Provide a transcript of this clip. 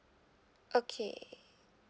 okay